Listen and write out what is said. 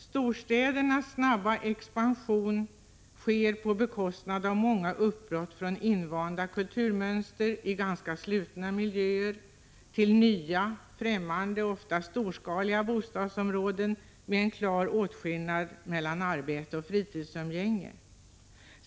Storstädernas snabba expansion sker på bekostnad av många uppbrott från invanda kulturmönster i ganska slutna miljöer till nya, främmande, ofta storskaliga bostadsområden med en klar åtskillnad mellan arbete och fritidsumgänge.